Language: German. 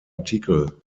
artikel